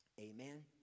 Amen